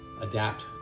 adapt